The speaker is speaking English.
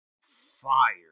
fire